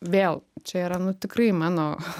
vėl čia yra nu tikrai mano